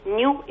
new